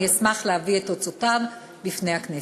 אני אשמח להביא את תוצאותיו בפני הכנסת.